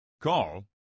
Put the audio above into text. call